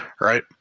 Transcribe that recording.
Right